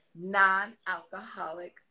non-alcoholic